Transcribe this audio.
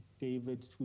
David